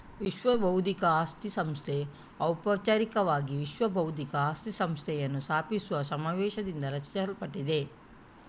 ವಿಶ್ವಬೌದ್ಧಿಕ ಆಸ್ತಿ ಸಂಸ್ಥೆ ಔಪಚಾರಿಕವಾಗಿ ವಿಶ್ವ ಬೌದ್ಧಿಕ ಆಸ್ತಿ ಸಂಸ್ಥೆಯನ್ನು ಸ್ಥಾಪಿಸುವ ಸಮಾವೇಶದಿಂದ ರಚಿಸಲ್ಪಟ್ಟಿದೆ